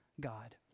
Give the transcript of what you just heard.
God